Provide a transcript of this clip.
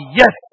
yes